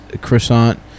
croissant